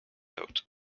note